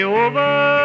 over